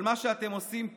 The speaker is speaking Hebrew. אבל מה שאתם עושים פה,